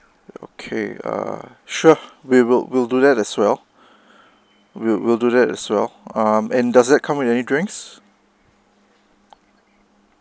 okay uh sure we will will do that as well we'll we'll do that as well um and does it come with any drinks